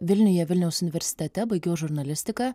vilniuje vilniaus universitete baigiau žurnalistiką